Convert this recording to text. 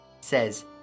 says